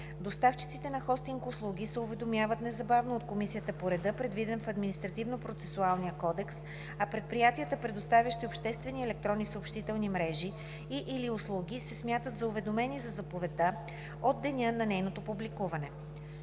Доставчиците на хостинг услуги се уведомяват незабавно от комисията по реда, предвиден в Административнопроцесуалния кодекс, а предприятията, предоставящи обществени електронни съобщителни мрежи и/или услуги, се смятат за уведомени за заповедта от деня на нейното публикуване.